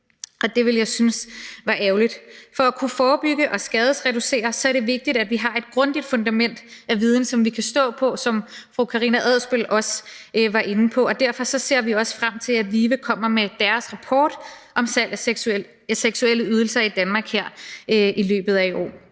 og det ville jeg synes var ærgerligt. For at kunne forebygge og skadesreducere er det vigtigt, at vi har et grundigt fundament af viden, som vi kan stå på, som fru Karina Adsbøl også var inde på, og derfor ser vi også frem til, at VIVE kommer med deres rapport om salg af seksuelle ydelser i Danmark her i løbet af i år.